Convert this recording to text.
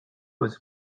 was